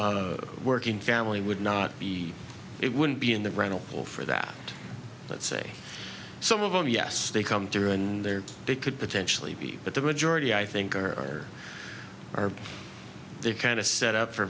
normal working family would not be it wouldn't be in the rental or for that let's say some of them yes they come through and there they could potentially be but the majority i think are are they kind of set up for